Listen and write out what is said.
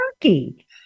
turkey